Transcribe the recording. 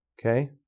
okay